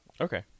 okay